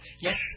Yes